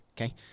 Okay